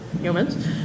humans